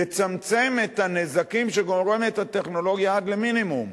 יצמצם את הנזקים שגורמת הטכנולוגיה עד למינימום.